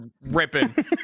ripping